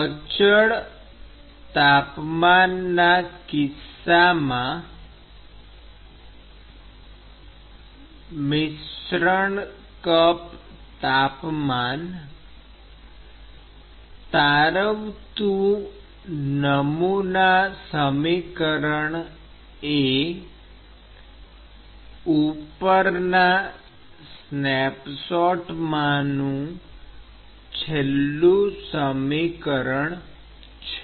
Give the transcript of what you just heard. અચળ તાપમાનના કિસ્સામાં મિશ્રણ કપ તાપમાન તારવતું નમૂના સમીકરણ એ ઉપરના સ્નેપશોટમાંનું છેલ્લું સમીકરણ છે